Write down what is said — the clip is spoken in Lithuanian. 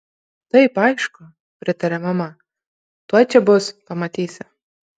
taip aišku pritarė mama tuoj čia bus pamatysi